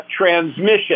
transmission